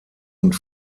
und